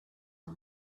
her